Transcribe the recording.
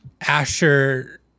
Asher